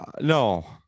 no